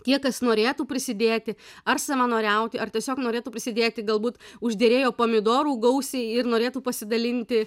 tie kas norėtų prisidėti ar savanoriauti ar tiesiog norėtų prisidėti galbūt užderėjo pomidorų gausiai ir norėtų pasidalinti